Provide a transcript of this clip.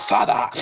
Father